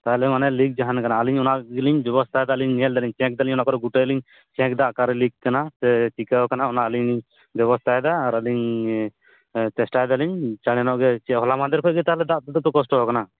ᱛᱟᱦᱚᱞᱮ ᱢᱟᱱᱮ ᱞᱤᱠ ᱡᱟᱦᱟᱱ ᱟᱠᱟᱱᱟ ᱟᱹᱞᱤᱧ ᱚᱱᱟ ᱜᱮᱞᱤᱧ ᱵᱮᱵᱚᱥᱛᱷᱟ ᱮᱫᱟᱞᱤᱧ ᱧᱮᱞ ᱮᱫᱟᱞᱤᱧ ᱪᱮᱠ ᱮᱫᱟᱞᱤᱧ ᱚᱱᱟ ᱠᱚᱨᱮ ᱜᱚᱴᱟ ᱞᱤᱧ ᱪᱮᱠ ᱮᱫᱟ ᱚᱠᱟᱨᱮ ᱞᱤᱠ ᱟᱠᱟᱱᱟ ᱥᱮ ᱪᱤᱠᱟᱹ ᱟᱠᱟᱱᱟ ᱚᱱᱟ ᱟᱹᱞᱤᱧ ᱵᱮᱵᱚᱥᱛᱷᱟ ᱮᱫᱟ ᱟᱨ ᱟᱹᱞᱤᱧ ᱪᱮᱥᱴᱟᱭᱮᱫᱟᱞᱤᱧ ᱪᱟᱲᱦᱤᱞᱳᱜ ᱜᱮ ᱪᱮᱫ ᱦᱚᱞᱟ ᱢᱟᱫᱷᱮᱨ ᱠᱷᱚᱡ ᱜᱮ ᱛᱟᱦᱚᱞᱮ ᱫᱟᱜ ᱫᱚᱯᱮ ᱠᱚᱥᱴᱚ ᱟᱠᱟᱱᱟ